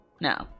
No